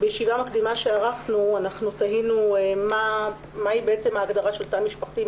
בישיבה מקדימה שערכנו תהינו מה היא בעצם ההגדרה של תא משפחתי,